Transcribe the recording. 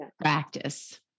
practice